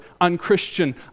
unchristian